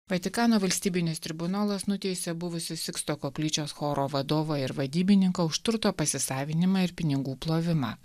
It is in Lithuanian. vatikano valstybinis tribunolas nuteisė buvusius siksto koplyčios choro vadovą ir vadybininką už turto pasisavinimą ir pinigų plovimą